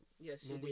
Yes